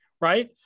right